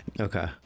Okay